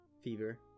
fever